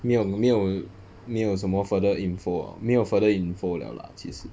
没有没有没有什么 further info liao 没有 further info liao lah 其实